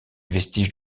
vestiges